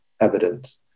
evidence